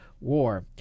war